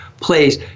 place